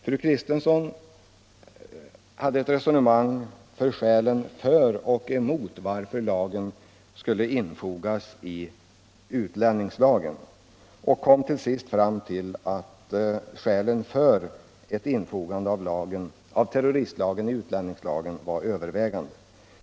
Fru Kristensson hade ett resonemang om skälen för och emot att lagen skulle infogas i utlänningslagen. Hon kom till sist fram till att skälen för ett infogande av terroristlagen i utlänningslagen övervägde.